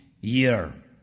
year